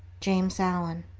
james allen.